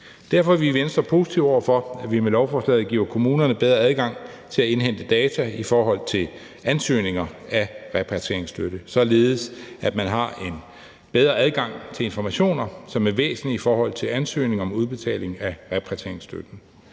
Derfor er vi i Venstre positive over for, at vi med lovforslaget giver kommunerne bedre adgang til at indhente data i forhold til ansøgninger om repatrieringsstøtte, således at man har en bedre adgang til informationer, som er væsentlige i forhold til ansøgning om udbetaling af repatrieringsstøtte.